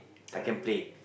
I can play